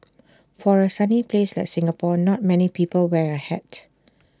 for A sunny place like Singapore not many people wear A hat